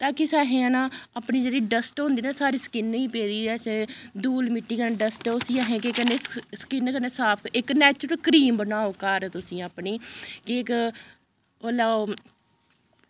ता कि असें ना अपनी जेह्ड़ी डस्ट होंदी ना साढ़ी स्किन ही पेदी ऐसे धूल मिट्टी कन्नै डस्ट उस्सी असें केह् करने स्किन स्किन कन्नै साफ इक नैचरल क्रीम बनाओ घर तुसीं अपनी कि इक ओह् लैओ